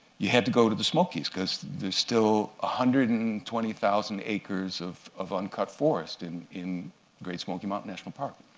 you had to go to the smokies, because there's still one ah hundred and twenty thousand acres of of uncut forest in in great smoky mountain national park.